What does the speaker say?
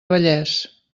vallés